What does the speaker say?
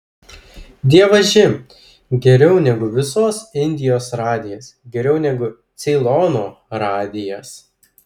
dievaži geriau negu visos indijos radijas geriau negu ceilono radijas